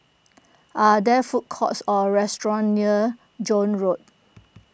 are there food courts or restaurants near Joan Road